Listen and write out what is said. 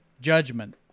Judgment